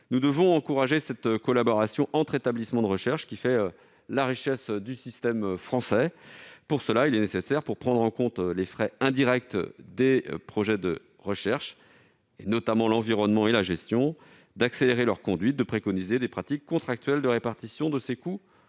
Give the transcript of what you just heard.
Nous devons encourager la collaboration entre établissements de recherche, car elle fait la richesse du système français. À cette fin, il est nécessaire, pour prendre en compte les frais indirects des projets de recherche, notamment liés à l'environnement et à la gestion, et accélérer leur conduite, de préconiser des pratiques contractuelles de répartition de ces coûts